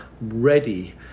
ready